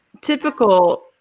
typical